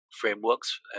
frameworks